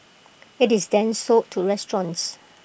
IT is then sold to restaurants